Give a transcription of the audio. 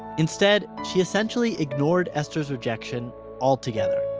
instead, she essentially ignored esther's rejection altogether.